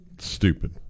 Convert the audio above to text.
Stupid